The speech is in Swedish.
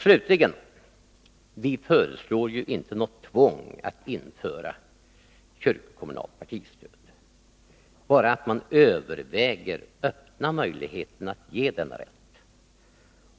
Slutligen: Vi föreslår ju inte något tvång att införa kyrkokommunalt partistöd. Vi vill bara att man överväger att öppna möjligheten att ge denna rätt.